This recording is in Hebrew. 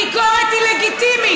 ביקורת היא לגיטימית.